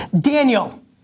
Daniel